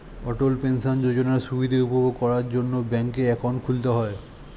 অটল pension যোজনার সুবিধা উপভোগ করার জন্যে ব্যাংকে অ্যাকাউন্ট খুলতে হয়